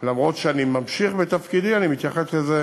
אף שאני ממשיך בתפקידי אני מתייחס לזה